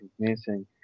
amazing